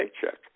paycheck